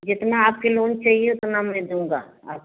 जितना आप के लोन चाहिए उतना मैं दूँगा आपको